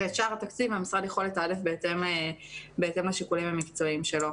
ואת שאר התקציב המשרד יכול לתעדף בהתאם לשיקולים המקצועיים שלו.